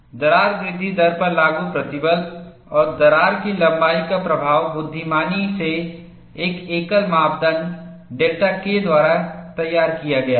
दरार वृद्धि दर पर लागू प्रतिबल और दरार की लंबाई का प्रभाव बुद्धिमानी से एक एकल मापदण्ड डेल्टा K द्वारा तैयार किया गया है